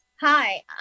Hi